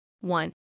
One